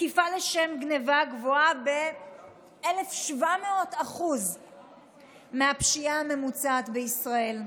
תקיפה לשם גנבה גבוה ב-1,700% מהפשיעה הממוצעת בישראל.